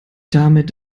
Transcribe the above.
damit